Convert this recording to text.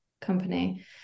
company